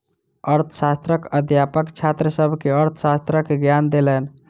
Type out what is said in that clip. अर्थशास्त्रक अध्यापक छात्र सभ के अर्थशास्त्रक ज्ञान देलैन